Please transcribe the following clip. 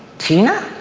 tina?